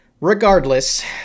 regardless